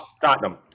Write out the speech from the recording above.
Tottenham